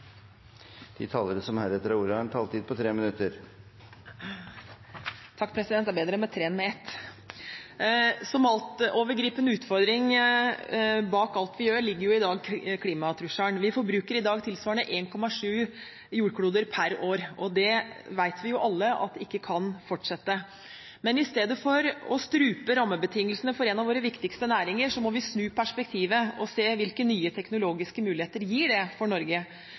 de neste 50 år. Replikkordskiftet er omme. De talere som heretter får ordet, har en taletid på inntil 3 minutter. Det er bedre med 3 enn med 1! Som en altovergripende utfordring bak alt vi gjør, ligger i dag klimatrusselen. Vi forbruker i dag tilsvarende 1,7 jordkloder per år, og det vet vi alle ikke kan fortsette. Men i stedet for å strupe rammebetingelsene for en av våre viktigste næringer må vi snu perspektivet og se hvilke nye teknologiske muligheter det gir for Norge.